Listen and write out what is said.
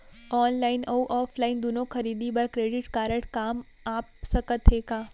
Online अऊ offline दूनो खरीदी बर क्रेडिट कारड काम आप सकत हे का?